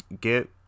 get